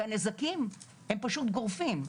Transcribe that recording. והנזקים הם פשוט גורפים.